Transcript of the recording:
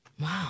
Wow